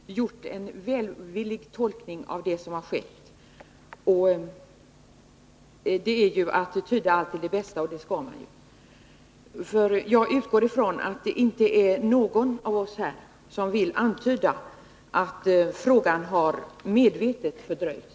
Herr talman! Jag har gjort en välvillig tolkning av vad som har skett. Det är att tyda allt till det bästa, och det skall man ju. Jag utgår ifrån att ingen av oss här vill antyda att beslutet medvetet fördröjts.